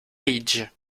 ridge